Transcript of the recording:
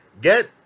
Get